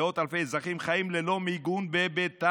מאות אלפי אזרחים חיים ללא מיגון בביתם,